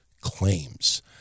claims